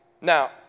Now